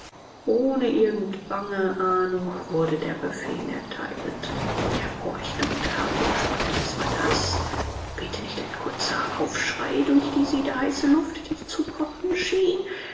ohne irgendeine bange ahnung wurde der befehl erteilt erb horchte und harrte gespannt was war das wehte nicht ein kurzer aufschrei durch die siedeheiße luft die zu kochen schien